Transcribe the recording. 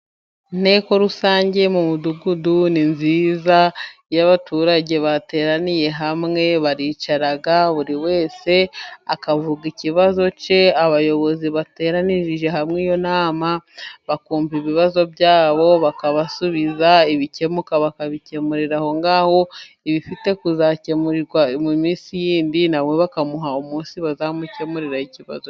Inteko rusange mu midugudu ni nziza iyo abaturage bateraniye hamwe baricara buri wese akavuga ikibazo cye, abayobozi bateranirije hamwe iyo nama bakumva ibibazo byabo, bakabasubiza, ibikemuka bakabikemurira aho ngaho, ibifite kuzakemurwa mu minsi yindi nawe bakamuha umunsi bazamukemuriraho ikibazo cye.